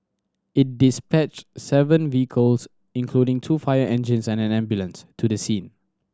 it dispatched seven vehicles including two fire engines and an ambulance to the scene